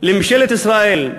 מממשלת ישראל,